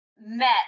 met